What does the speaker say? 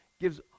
gives